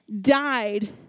died